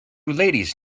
ladies